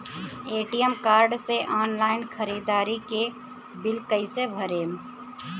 ATM card से online ख़रीदारी के बिल कईसे भरेम?